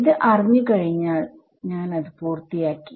ഇത് അറിഞ്ഞുകഴിഞ്ഞാൽഞാൻ അത് പൂർത്തിയാക്കി